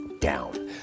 down